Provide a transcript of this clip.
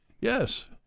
Yes